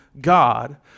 God